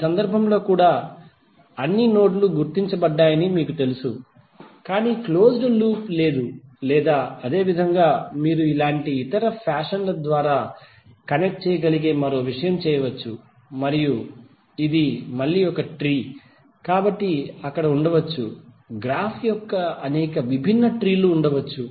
ఈ సందర్భంలో కూడా అన్ని నోడ్లు గుర్తించబడ్డాయని మీకు తెలుసు కానీ క్లోజ్ డ్ లూప్ లేదు లేదా అదేవిధంగా మీరు ఇలాంటి ఇతర ఫ్యాషన్ల ద్వారా కనెక్ట్ చేయగలిగే మరో విషయం చేయవచ్చు మరియు ఇది మళ్ళీ ఒక ట్రీ కాబట్టి అక్కడ ఉండవచ్చు గ్రాఫ్ యొక్క అనేక విభిన్న ట్రీ లు ఉండవచ్చు